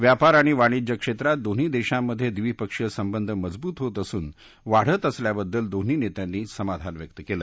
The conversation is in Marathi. व्यापार आणि वाणिज्य क्षेत्रात दोन्ही देशांमधे द्विपक्षीय संबंध मजबूत होत असून वाढत असल्याबद्दल दोन्ही नेत्यांनी समाधान व्यक्त केलं